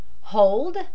Hold